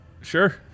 Sure